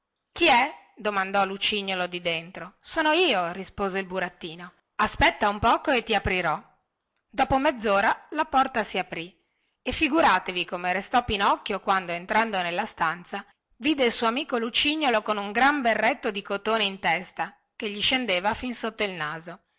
chi è domandò lucignolo di dentro sono io rispose il burattino aspetta un poco e ti aprirò dopo mezzora la porta si aprì e figuratevi come restò pinocchio quando entrando nella stanza vide il suo amico lucignolo con un gran berretto di cotone in testa che gli scendeva fin sotto il naso